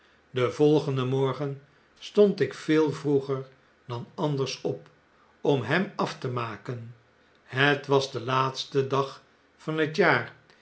den volgenden morgen stond ik veel vroeger dan anders op om hem af te maken het was de laatste dag van het jaar